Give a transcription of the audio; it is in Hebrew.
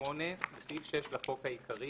8.בסעיף 6 לחוק העיקרי